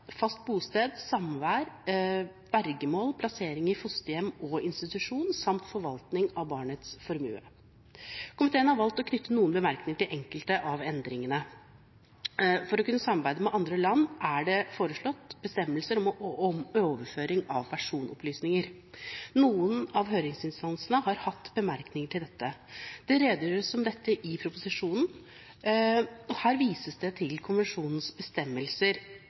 fast bosted, samvær, vergemål, plassering i fosterhjem og institusjon samt forvaltning av barnets formue. Komiteen har valgt å knytte noen bemerkninger til enkelte av endringene. For å kunne samarbeide med andre land er det foreslått bestemmelser om overføring av personopplysninger. Noen av høringsinstansene har hatt bemerkninger til dette. Det redegjøres for dette i proposisjonen. Her vises det til konvensjonens bestemmelser